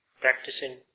practicing